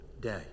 day